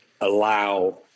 allow